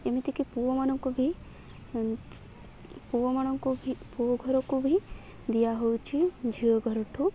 ଏମିତିକି ପୁଅମାନଙ୍କୁ ବି ପୁଅମାନଙ୍କୁ ବି ପୁଅ ଘରକୁ ବି ଦିଆହେଉଛିି ଝିଅଘରଠୁ